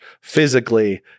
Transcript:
physically